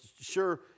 sure